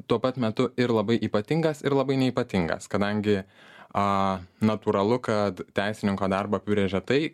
tuo pat metu ir labai ypatingas ir labai neypatingas kadangi natūralu kad teisininko darbą apibrėžia tai